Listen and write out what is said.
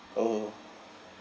oh